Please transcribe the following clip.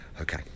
Okay